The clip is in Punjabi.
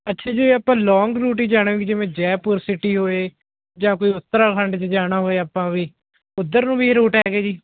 ਅੱਛਾ ਜੇ ਆਪਾਂ ਲੋਂਗ ਰੂਟ ਹੀ ਜਾਣਾ ਹੋਈਏ ਜਿਵੇਂ ਜੈਪੁਰ ਸੀਟੀ ਹੋਏ ਜਾਂ ਕੋਈ ਉੱਤਰਾਖੰਡ 'ਚ ਜਾਣਾ ਹੋਏ ਆਪਾਂ ਵੀ ਉੱਧਰ ਨੂੰ ਵੀ ਰੂਟ ਹੈਗੇ ਜੀ